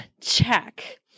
Check